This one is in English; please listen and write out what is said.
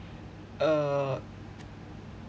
uh